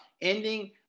ending